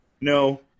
No